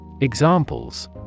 Examples